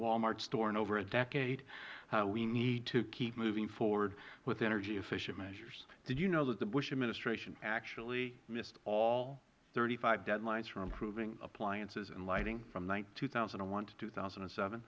wal mart store in over a decade we need to keep moving forward with energy efficient measures the chairman did you know that the bush administration actually missed all thirty five deadlines for improving appliances and lighting from two thousand and one to two thousand and seven